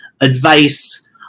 advice